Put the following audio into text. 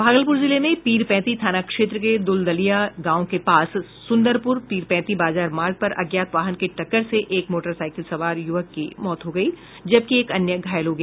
भागलपुर जिले में पीरपैंती थाना क्षेत्र के दुलदुलिया गांव के पास सुन्दरपुर पीरपैंती बाजार मार्ग पर अज्ञात वाहन की टक्कर से एक मोटरसाइकिल सवार युवक की मौत हो गई जबकि एक अन्य घायल हो गया